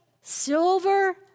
silver